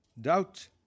doubt